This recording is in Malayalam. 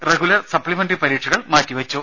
റെഗുലർ സപ്ലിമെന്ററി പരീക്ഷകൾ മാറ്റിവച്ചു